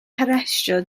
harestio